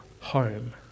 home